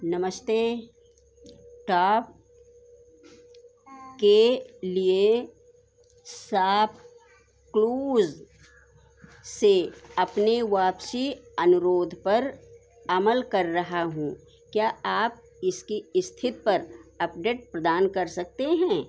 नमस्ते टाॅप के लिए सापक्लूज़ से अपने वापसी अनुरोध पर अमल कर रहा हूँ क्या आप इसकी स्थिति पर अपडेट प्रदान कर सकते हैं